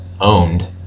owned